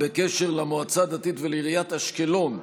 בקשר למועצה הדתית ולעיריית אשקלון,